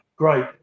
Great